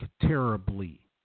terribly